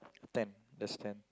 ten that's ten